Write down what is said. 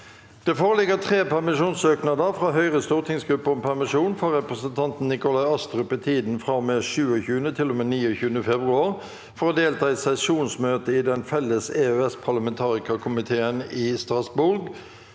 Det foreligger tre permisjonssøknader: – fra Høyres stortingsgruppe om permisjon for representanten Nikolai Astrup i tiden fra og med 27. til og med 29. februar for å delta i sesjonsmøte i Den felles EØS-parlamentarikerkomiteen i Strasbourg,